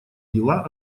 дела